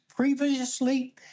Previously